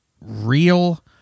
real